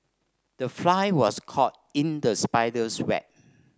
the fly was caught in the spider's web